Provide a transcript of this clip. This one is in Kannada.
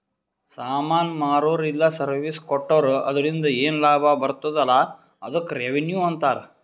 ಸಾಮಾನ್ ಮಾರುರ ಇಲ್ಲ ಸರ್ವೀಸ್ ಕೊಟ್ಟೂರು ಅದುರಿಂದ ಏನ್ ಲಾಭ ಬರ್ತುದ ಅಲಾ ಅದ್ದುಕ್ ರೆವೆನ್ಯೂ ಅಂತಾರ